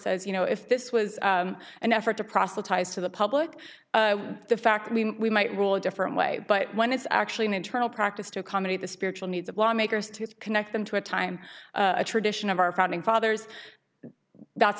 says you know if this was an effort to proselytize to the public the fact that we might rule a different way but when it's actually an internal practice to accommodate the spiritual needs of lawmakers to connect them to a time a tradition of our founding fathers that's